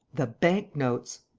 the bank-notes.